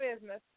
business